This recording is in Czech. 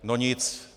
No nic.